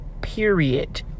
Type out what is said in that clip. period